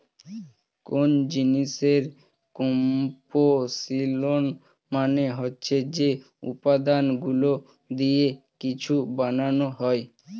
কোন জিনিসের কম্পোসিশন মানে হচ্ছে যে উপাদানগুলো দিয়ে কিছু বানানো হয়